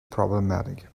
problematic